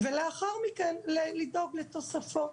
ולאחר מכן לדאוג לתוספות.